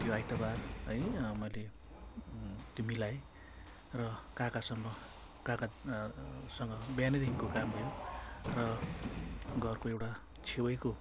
त्यो आइतवार है मैले त्यो मिलाएँ र काकासँग काका सँग बिहानदेखिको काम भयो र घरको एउटा छेवैको